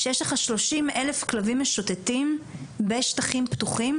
כשיש לך 30 אלף כלבים משוטטים בשטחים פתוחים,